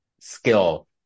skill